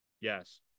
Yes